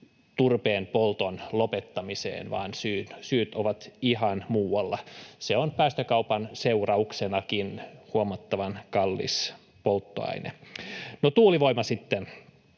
turpeen polton lopettamiseen, vaan syyt ovat ihan muualla. Se on päästökaupan seurauksenakin huomattavan kallis polttoaine. No, tuulivoima sitten.